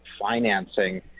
financing